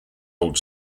old